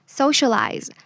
socialize